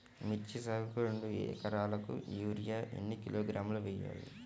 మిర్చి సాగుకు రెండు ఏకరాలకు యూరియా ఏన్ని కిలోగ్రాములు వేయాలి?